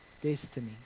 destiny